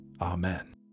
Amen